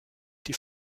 die